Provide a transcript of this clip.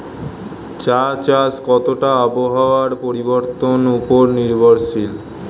চা চাষ কতটা আবহাওয়ার পরিবর্তন উপর নির্ভরশীল?